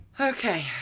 Okay